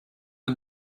you